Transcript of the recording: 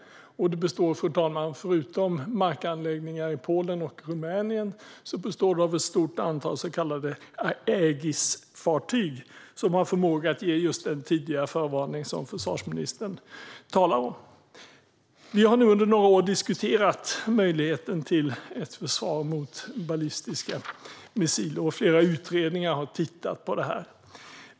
Det består förutom av markanläggningar i Polen och Rumänien av ett stort antal så kallade Aegisfartyg, som har förmåga att ge just den tidiga förvarning som försvarsministern talar om. Vi har under några år diskuterat möjligheten till ett försvar mot ballistiska missiler, och flera utredningar har tittat på detta.